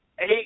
Eight